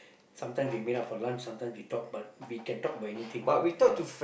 sometimes we meet up for lunch sometimes we talk but we can talk about anything ah